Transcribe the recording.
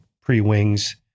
pre-wings